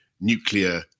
nuclear